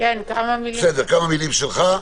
כמה מילים שלך,